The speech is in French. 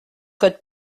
code